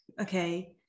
okay